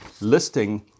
listing